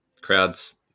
Crowds